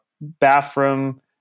bathroom